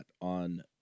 on